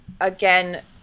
again